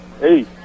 Hey